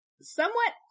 somewhat